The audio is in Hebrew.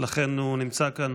ולכן הוא נמצא כאן.